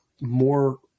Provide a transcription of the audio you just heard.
more